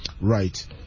right